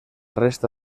resta